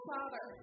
Father